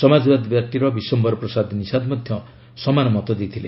ସମାଜବାଦୀ ପାର୍ଟିର ବିଶମ୍ଘର ପ୍ରସାଦ ନଶାଦ ମଧ୍ୟ ସମାନ ମତ ଦେଇଥିଲେ